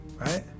right